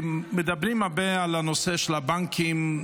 מדברים הרבה על הנושא של הבנקים,